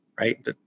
right